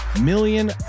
million